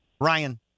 Ryan